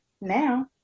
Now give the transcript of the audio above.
now